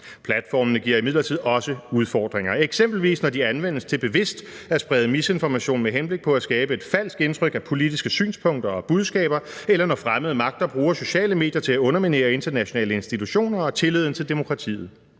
Platformene giver imidlertid også udfordringer – eksempelvis når de anvendes til bevidst at sprede misinformation med henblik på at skabe et falsk indtryk af politiske synspunkter og budskaber, eller når fremmede magter bruger sociale medier til at underminere internationale institutioner og tilliden til demokratiet.